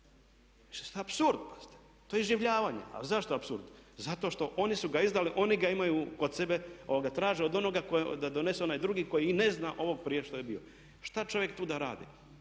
To je apsurd, to je iživljavanje. Ali zašto apsurd? Zato što oni su ga izdali, oni ga imaju kod sebe ali ga traže od onoga koji da donese onaj drugi koji ne zna ovog prije šta je bilo. Šta čovjek tu da radi?